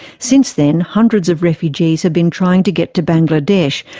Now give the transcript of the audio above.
since then, hundreds of refugees have been trying to get to bangladesh,